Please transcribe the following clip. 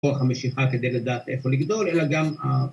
‫כוח המשיכה כדי לדעת איפה לגדול, ‫אלא גם...